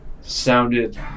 sounded